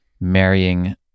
marrying